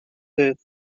with